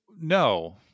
No